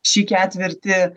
šį ketvirtį